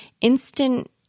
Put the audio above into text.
instant